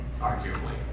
arguably